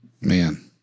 man